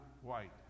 white